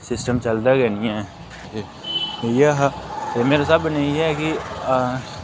system चलदा गै नेईं ऐ ते इ'यै हा मेरे स्हाबै कन्नै इ'यै ऐ कि